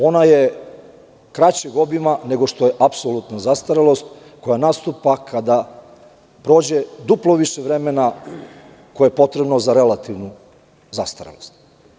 Ona je kraćeg obima nego što je apsolutna zastarelost koja nastupa kada prođe duplo više vremena koje je potrebno za relativnu zastarelost.